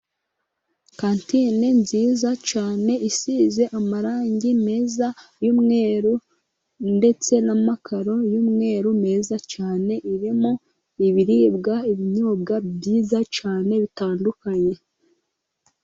Kantine nziza cyane isize amarangi meza y'umweru ndetse n'amakararo y'umweru meza cyane. Irimo ibiribwa, ibinyobwa byiza cyane bitandukanye.